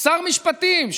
שר משפטים,